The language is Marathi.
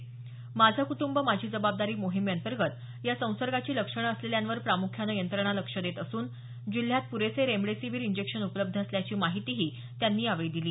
माझं कुंटुंब माझी जबाबदारी मोहिमेतंर्गत या संसर्गाची लक्षणं असलेल्यावर प्रामुख्यानं यंत्रणा लक्ष देत असून जिल्ह्यात पुरेसे रेमेडिसिवीर इंजेक्शन उपलब्ध असल्याची माहिती त्यांनी यावेळी दिली